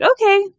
okay